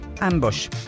ambush